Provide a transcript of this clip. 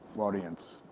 audience.